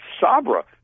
Sabra